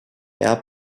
air